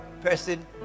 person